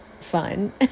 fun